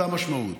אותה משמעות,